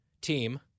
team